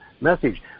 message